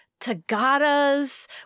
tagadas